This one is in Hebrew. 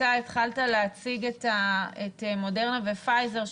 אתה התחלת להציג את מודרנה ופייזר,